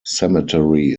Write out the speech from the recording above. cemetery